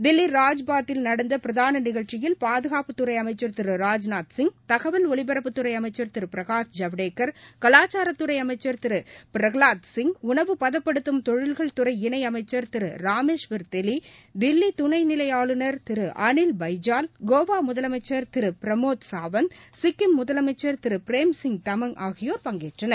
தில்லி ராஜ்பாத்தில் நடந்தபிரதானநிகழ்ச்சியில் பாதுகாப்புத்துறைஅமைச்சா் ராஜ்நாத்சிங் தகவல் ஒலிபரப்புத்துறைஅமைச்சா் திருபிரகாஷ் ஜவடேக்கா் கவாச்சாரத்துறைஅமைச்சா் திருபிரகலாத்சிங் உணவு பதப்படுத்தும் தொழில்கள் துறை இணைஅமைச்சர் திருராமேஷ்வர் தெலி தில்லிதுணைநிலைஆளுநர் திருஅனில் பைஜால் கோவாமுதலமைச்சா் திருபிரமோத் சாவந்த் சிக்கிம் முதலமைச்சா் திருபிரேம்சிங் தமங் ஆகியோர் பங்கேற்றனர்